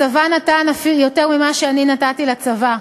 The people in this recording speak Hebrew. הצבא נתן יותר ממה שאני נתתי לצבא,